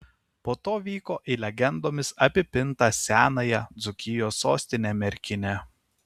po to vyko į legendomis apipintą senąją dzūkijos sostinę merkinę